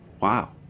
wow